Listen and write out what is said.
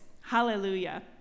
Hallelujah